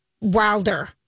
Wilder